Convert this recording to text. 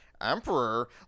Emperor